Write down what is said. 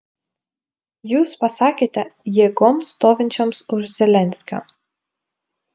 jūs pasakėte jėgoms stovinčioms už zelenskio